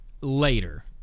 later